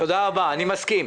תודה רבה, אני מסכים.